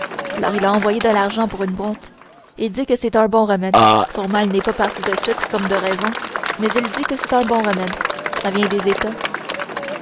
alors il a envoyé de l'argent pour une boîte il dit que c'est un bon remède son mal n'est pas parti de suite comme de raison mais il dit que c'est un bon remède ça vient des états